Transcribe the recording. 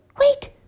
wait